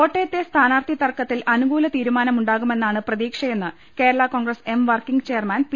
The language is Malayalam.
കോട്ടയത്തെ സ്ഥാനാർത്ഥി തർക്കത്തിൽ അനുകൂല തീരു മാനമുണ്ടാകുമെന്നാണ് പ്രതീക്ഷയെന്ന് Kerala Congress M working chairman P